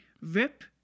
Rip